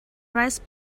rice